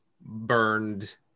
burned